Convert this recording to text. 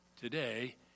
Today